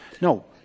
no